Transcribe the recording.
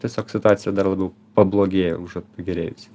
tiesiog situacija dar labiau pablogėja užuot pagėrėjusi